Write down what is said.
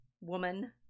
woman